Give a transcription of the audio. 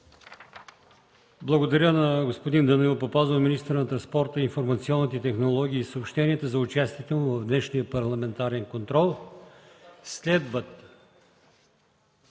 Благодаря на господин Данаил Папазов – министър на транспорта, информационните технологии и съобщенията, за участието му в днешния парламентарен контрол. (Реплика.)